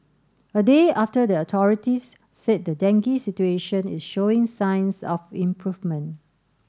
a day after the authorities said the dengue situation is showing signs of improvement